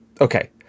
okay